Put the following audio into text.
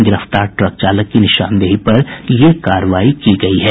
गिरफ्तार ट्रक चालक की निशानदेही पर यह कार्रवाई की गयी है